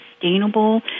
sustainable